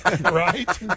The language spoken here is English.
right